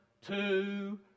two